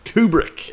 Kubrick